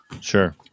Sure